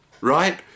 right